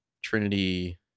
Trinity